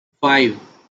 five